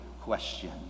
question